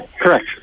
Correct